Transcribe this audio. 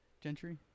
gentry